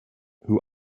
who